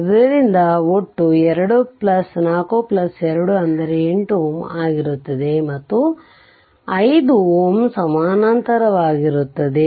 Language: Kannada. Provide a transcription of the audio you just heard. ಆದ್ದರಿಂದ ಒಟ್ಟು 2 4 2 8Ω ಆಗಿರುತ್ತದೆಮತ್ತು 5Ω ಸಮಾನಾಂತರವಾಗಿರುತ್ತದೆ